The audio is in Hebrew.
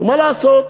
ומה לעשות,